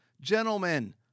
Gentlemen